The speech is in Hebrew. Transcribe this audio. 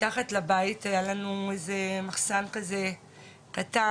מתחת לבית היה לנו איזה מחסן כזה קטן,